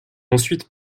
ensuite